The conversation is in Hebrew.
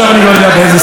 ובכן,